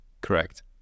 correct